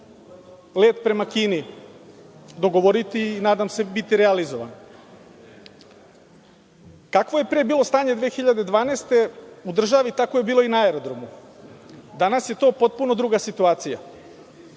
let prema Kini dogovoriti, i nadam se biti realizovan. Kakvo je pre bilo stanje 2012. godine u državi, takvo je bilo i na aerodromu? Danas je to potpuno druga situacija.